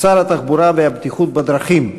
שר התחבורה והבטיחות בדרכים,